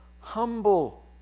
humble